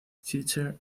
feature